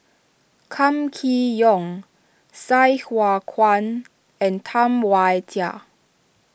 Kam Kee Yong Sai Hua Kuan and Tam Wai Jia